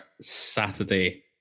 Saturday